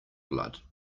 blood